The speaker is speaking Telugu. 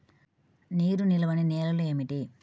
నీరు నిలువని నేలలు ఏమిటి?